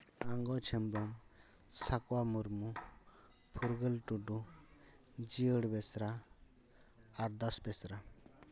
ᱟᱜᱚᱡᱽ ᱦᱮᱢᱵᱨᱚᱢ ᱥᱟᱠᱣᱟ ᱢᱩᱨᱢᱩ ᱯᱷᱩᱨᱜᱟᱹᱞ ᱴᱩᱰᱩ ᱡᱤᱭᱟᱹᱲ ᱵᱮᱥᱨᱟ ᱟᱨᱫᱟᱥ ᱵᱮᱥᱨᱟ